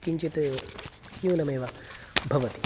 किञ्चित् न्यूनमेव भवति